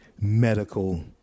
medical